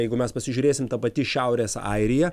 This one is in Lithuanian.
jeigu mes pasižiūrėsim ta pati šiaurės airija